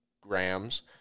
grams